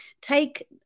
take